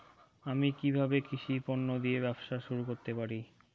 আমি কিভাবে কৃষি পণ্য দিয়ে ব্যবসা শুরু করতে পারি?